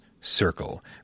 circle